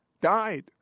died